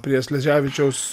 prie sleževičiaus